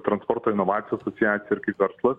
transporto inovacijų asociacija ir kaip verslas